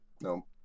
no